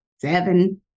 seven